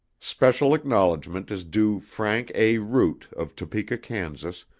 special acknowledgment is due frank a. root of topeka, kansas,